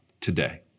today